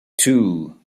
two